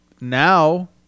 now